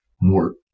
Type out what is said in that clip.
more